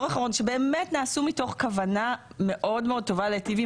שבאמת נעשו מתוך כוונה מאוד מאוד טובה להיטיב עם